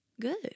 good